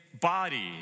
body